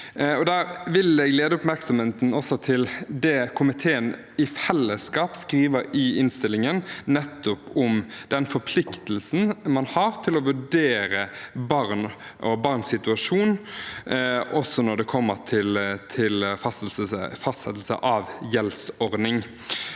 jeg også lede oppmerksomheten til det komiteen i fellesskap skriver i innstillingen, nettopp om den forpliktelsen man har til å vurdere barn og barns situasjon, også med hensyn til fastsettelse av gjeldsordning.